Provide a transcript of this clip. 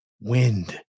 Wind